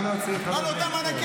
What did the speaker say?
הוא עבד, הוא היה רופא.